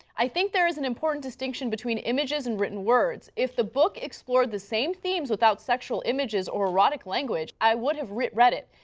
i think there is an important distinction between images and written words. if the book explored the same themes without sexual images or erotic language, i would have read it.